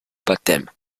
baptême